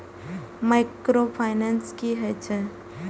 Micro finance कि होई छै?